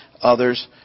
others